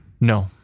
No